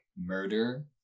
murder